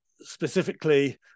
specifically